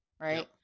Right